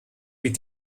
wie